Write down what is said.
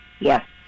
Yes